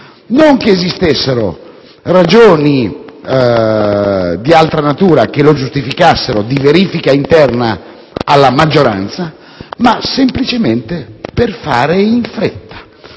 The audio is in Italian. non esistessero ragioni di altra natura che lo giustificassero, di verifica interna alla maggioranza), ma semplicemente per fare in fretta,